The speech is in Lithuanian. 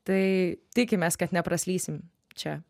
tai tikimės kad nepraslysim čia